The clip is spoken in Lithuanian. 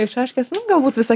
ir šaškės galbūt visą